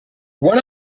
one